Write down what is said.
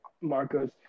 Marcos